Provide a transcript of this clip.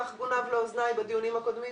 כך גונב לאוזניי בדיונים הקודמים,